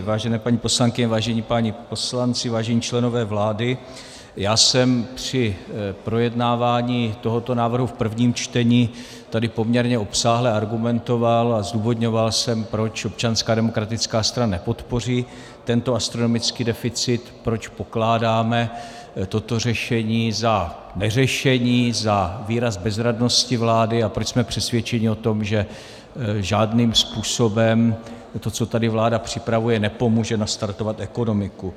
Vážené paní poslankyně, vážení páni poslanci, vážení členové vlády, já jsem při projednávání tohoto návrhu v prvním čtení tady poměrně obsáhle argumentoval a zdůvodňoval jsem, proč Občanská demokratická strana nepodpoří tento astronomický deficit, proč pokládáme toto řešení za neřešení, za výraz bezradnosti vlády a proč jsme přesvědčeni o tom, že žádným způsobem to, co tady vláda připravuje, nepomůže nastartovat ekonomiku.